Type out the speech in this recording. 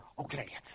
Okay